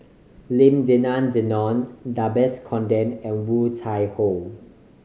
Lim Denan Denon Conde and Woon Tai Ho